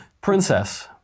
Princess